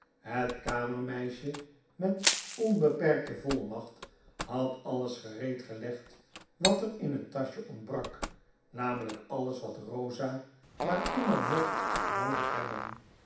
het kamermeisje met onbeperkte volmacht had alles gereed gelegd wat er in het taschje ontbrak namelyk alles wat rosa maar immer mocht noodig hebben